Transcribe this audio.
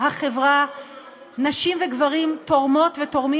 החברה נשים וגברים תורמות ותורמים